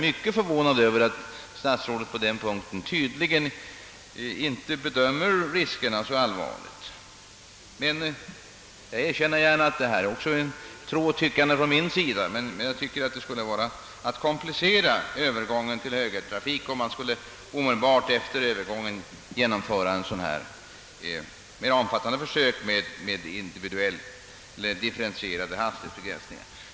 Det förvånar mig att statsrådet tydligen inte bedömer riskerna därvidlag som särskilt allvarliga. Jag skall emellertid villigt erkänna att även jag nu ger uttryck för tro och tyckande. Jag tycker det är att komplicera övergången till högertrafik att omedelbart efter densamma göra omfattande försök med differentierade hastighetsbegränsningar.